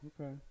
okay